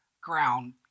ground